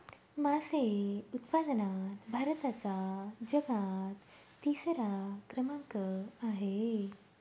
मासे उत्पादनात भारताचा जगात तिसरा क्रमांक आहे